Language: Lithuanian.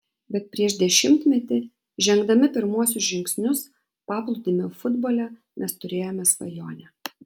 bet prieš dešimtmetį žengdami pirmuosius žingsnius paplūdimio futbole mes turėjome svajonę